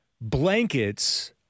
blankets